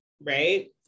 Right